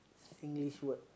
Singlish word